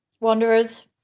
Wanderers